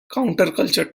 counterculture